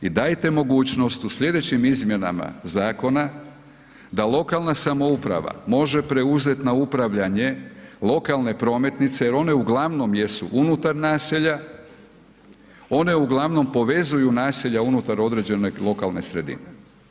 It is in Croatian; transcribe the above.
I dajete mogućnost u sljedećim izmjenama zakona da lokalna samouprava može preuzeti na upravljanje lokalne prometnice jel one uglavnom jesu unutar naselja, one uglavnom povezuju naselja unutar određene lokalne sredine.